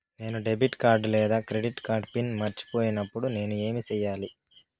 నేను debit card లేదా credit card pin మర్చిపోయినప్పుడు నేను ఏమి సెయ్యాలి?